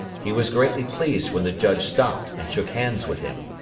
he was greatly pleased when the judge stopped and shook hands with him.